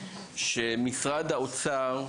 שמשרד האוצר,